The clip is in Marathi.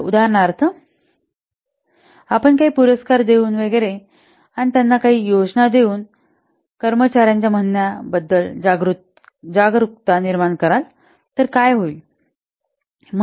तर उदाहरणार्थ आपण काही पुरस्कार वगैरे देऊन आणि त्यांना काही योजना इत्यादि देऊन कर्मचार्यांच्या म्हणण्या बद्दल जागरुकता निर्माण कराल तर काय होईल